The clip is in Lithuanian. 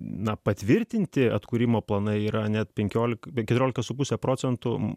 na patvirtinti atkūrimo planai yra net penkiolika keturiolika su puse procento